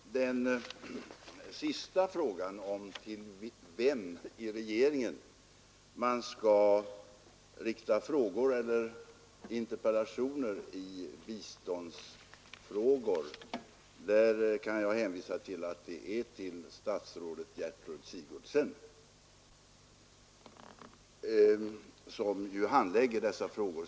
Fru talman! Beträffande det sista spörsmålet om till vem i regeringen man skall rikta frågor eller interpellationer rörande biståndsproblem kan jag hänvisa till fru statsrådet Sigurdsen, som handlägger dem.